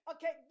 Okay